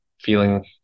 feeling